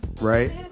right